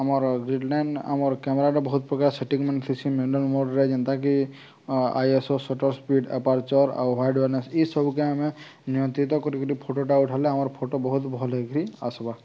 ଆମର green line ଆମର୍ କ୍ୟାମେରାଟେ ବହୁତ ପ୍ରକାର ସେଟିଂ ମାନେ ଥିସି ମେଣ୍ଡଲ୍ ମୋଡ଼ରେ ଯେନ୍ତାକି I S O shutter speed aperture ଆଉ ହ୍ୱାଇଟ୍ ଆୱାରନେସ୍ ଏଇ ସବୁକେ ଆମେ ନିୟନ୍ତ୍ରିତ କରିକିରି ଫଟୋଟା ଉଠାଲେ ଆମର୍ ଫଟୋ ବହୁତ ଭଲ ହେଇକିରି ଆସ୍ବା